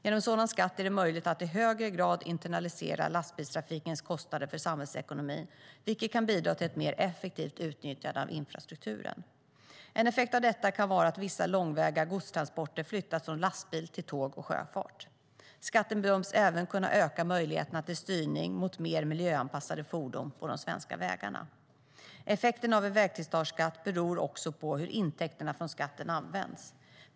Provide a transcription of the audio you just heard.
Genom en sådan skatt är det möjligt att i högre grad internalisera lastbilstrafikens kostnader för samhällsekonomin vilket kan bidra till ett mer effektivt utnyttjande av infrastrukturen. En effekt av detta kan vara att vissa långväga godstransporter flyttas från lastbil till tåg och sjöfart. Skatten bedöms även kunna öka möjligheterna till styrning mot mer miljöanpassade fordon på de svenska vägarna. Effekten av en vägslitageskatt beror också på hur intäkterna från skatten används.